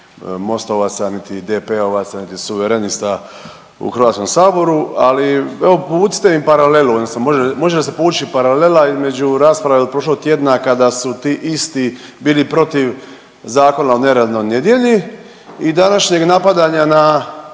niti MOST-ovaca, niti DP-ovaca, niti suverenista u Hrvatskom saboru, ali evo povucite mi paralelu odnosno može li se povući paralela između rasprave od prošlog tjedna kada su ti isti bili protiv zakona o neradnoj nedjelji i današnjeg napadanja na